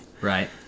Right